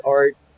art